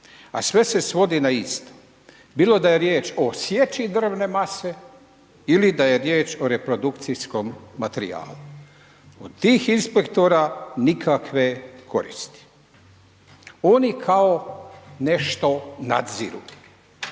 a sve se svodi na isto bilo da je riječ o sjeći drvne mase ili da je riječ o reprodukcijskom materijalu. Od tih inspektora nikakve koristi. Oni kao nešto nadziru.